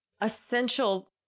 essential